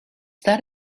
that